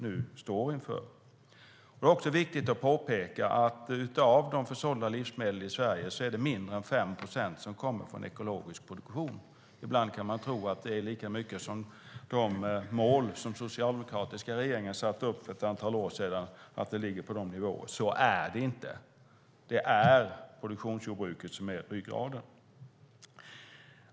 Det är också viktigt att påpeka att av de försålda livsmedlen i Sverige är det mindre än 5 procent som kommer från ekologisk produktion. Ibland kan man tro att nivåerna skulle ligga i nivå med de mål som den socialdemokratiska regeringen satte upp för ett antal år sedan, men så är det inte. Det är produktionsjordbruket som är ryggraden.